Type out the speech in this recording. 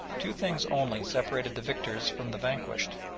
two things only separated the victors from the vanquished,